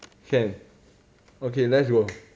can okay let's go